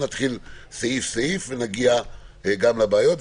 נתחיל סעיף-סעיף ונגיע גם לבעיות.